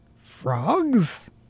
...Frogs